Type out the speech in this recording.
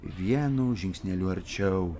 vienu žingsneliu arčiau